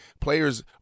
Players